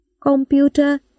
Computer